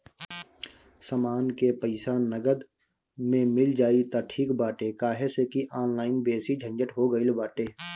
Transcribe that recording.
समान के पईसा नगद में मिल जाई त ठीक बाटे काहे से की ऑनलाइन बेसी झंझट हो गईल बाटे